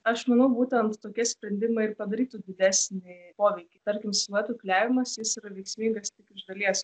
aš manau būtent tokie sprendimai ir padarytų didesnį poveikį tarkim siluetų klijavimas jis yra veiksmingas tik iš dalies